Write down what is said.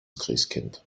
christkind